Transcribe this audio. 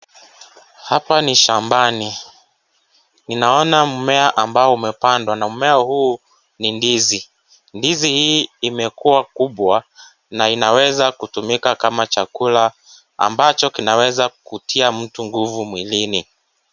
Hapa ni shambani, ninaona mmea ambao umepandwa na mmea huu ni ndizi. Ndizi hii imekuwa kubwa na inaweza kutumika kama chakula ambacho kinaweza kutia mtu nguvu mwilini.